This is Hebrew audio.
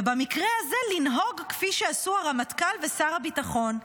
ובמקרה הזה לנהוג כפי שעשו הרמטכ"ל ושר הביטחון.